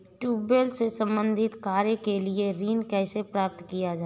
Tubewell से संबंधित कार्य के लिए ऋण कैसे प्राप्त किया जाए?